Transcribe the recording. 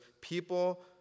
people